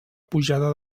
pujada